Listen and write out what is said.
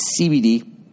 cbd